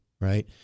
Right